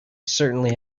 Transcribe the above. certainly